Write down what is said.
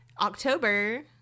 October